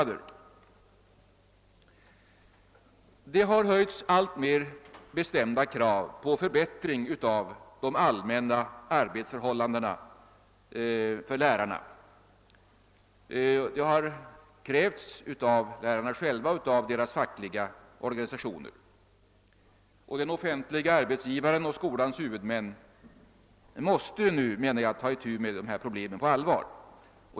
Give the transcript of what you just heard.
Det har höjts alltmer bestämda krav på förbättring av de allmänna arbetsförhållandena för lärarna från lärarna själva och från deras fackliga organisationer, och den offentliga arbetsgivaren och skolans huvudmän måste nu, menar jag, ta itu med dessa problem på allvar.